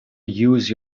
use